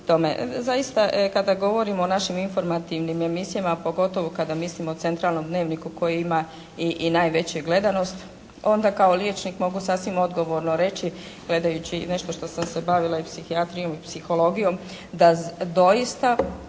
Zaista, kada govorim o našim informativnim emisijama, a pogotovo kada mislim o centralnom “Dnevniku“ koji ima i najveću gledanost, onda kao liječnik mogu sasvim odgovorno reći gledajući i nešto što sam se bavila i psihijatrijom i psihologijom, da doista